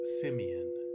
Simeon